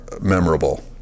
memorable